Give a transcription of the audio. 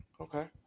Okay